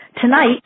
Tonight